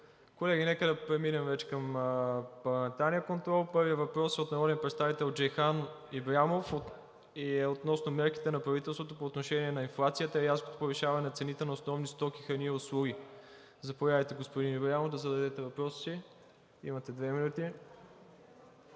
Колеги, нека да преминем вече към парламентарния контрол. Първият въпрос е от народния представител Джейхан Ибрямов и е относно мерките на правителството по отношение на инфлацията и рязкото повишаване на цените на основни стоки, храни и услуги. Заповядайте, господин Ибрямов, да зададете въпроса си. Имате две минути.